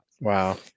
wow